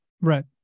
Right